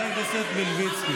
חבר הכנסת מלביצקי.